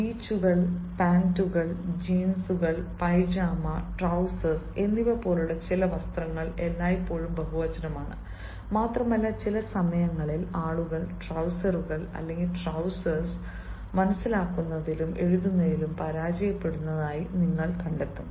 ബ്രീച്ചുകൾ പാന്റുകൾ ജീൻസ് പൈജാമ ട്രസറുകൾ breaches pants jeans pyjamas trousers എന്നിവ പോലുള്ള ചില വസ്ത്രങ്ങൾ എല്ലായ്പ്പോഴും ബഹുവചനമാണ് മാത്രമല്ല ചില സമയങ്ങളിൽ ആളുകൾ ട്രൌസറുകൾ മനസിലാക്കുന്നതിലും എഴുതുന്നതിലും പരാജയപ്പെടുന്നതായി നിങ്ങൾ കണ്ടെത്തും